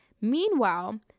Meanwhile